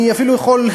אני אפילו יכול,